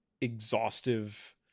exhaustive